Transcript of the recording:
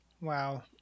Wow